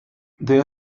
their